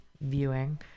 viewing